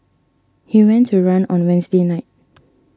he went a run on Wednesday night